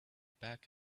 back